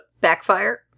Backfire